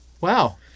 Wow